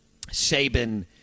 Saban